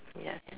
ya